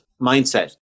mindset